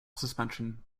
suspension